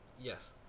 Yes